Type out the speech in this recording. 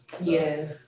Yes